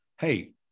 hey